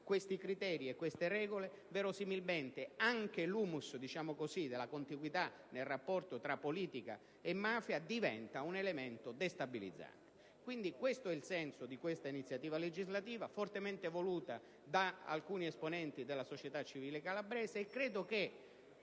questi criteri e queste regole, verosimilmente anche l'*humus* della contiguità nel rapporto tra politica e mafia diventa un elemento destabilizzante. Questo è il senso di questa iniziativa legislativa fortemente voluta da alcuni esponenti della società civile calabrese, e credo che